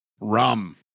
Rum